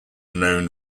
known